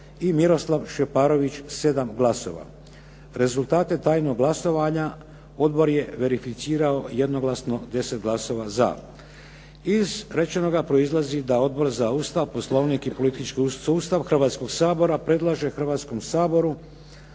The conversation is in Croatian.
i Miroslav Šeparović 7 glasova. Rezultate tajnog glasovanja odbor je verificirao jednoglasno 10 glasova za. Iz rečenoga proizlazi da Odbor za Ustav, Poslovnik i politički sustav Hrvatskog sabora predlaže Hrvatskom saboru